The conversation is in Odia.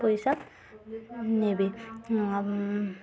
ପଇସା ନେବେ ଆଉ